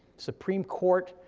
supreme court,